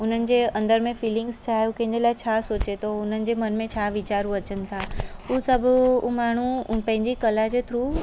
उन्हनि जे अंदर में फीलिंग्स छा आहे उहो कंहिंजे लाइ छा सोचे थो उन्हनि जे मन में छा विचारु अचनि था उहे सभु उहो माण्हू उ पंहिंजी कला जे थ्रू